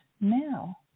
now